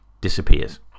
disappears